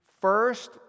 first